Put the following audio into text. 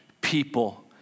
people